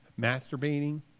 masturbating